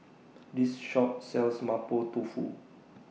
This Shop sells Mapo Tofu